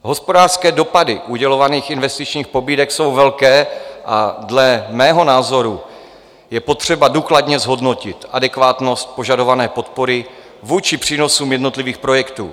Hospodářské dopady udělovaných investičních pobídek jsou velké a dle mého názoru je potřeba důkladně zhodnotit adekvátnost požadované podpory vůči přínosům jednotlivých projektů.